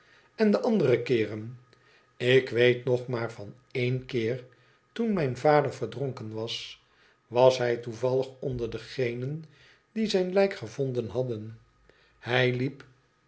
n de andere keeren lik weet nog maar van één keer toen mijn vader verdronken was was hij toevallig onder degenen die zijn lijk gevonden hadden hij liep